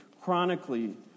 chronically